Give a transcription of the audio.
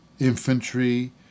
Infantry